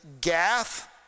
Gath